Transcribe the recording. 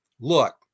look